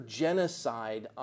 genocide